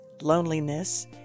loneliness